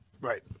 Right